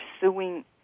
suing